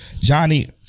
Johnny